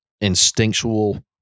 instinctual